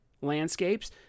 landscapes